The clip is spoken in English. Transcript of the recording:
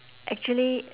actually